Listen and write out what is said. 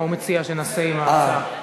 מה הוא מציע שנעשה עם ההצעה?